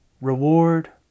Reward